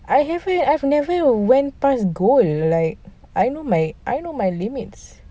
I haven't I've never went past gold like I know like I know my limits